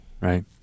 Right